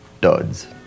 duds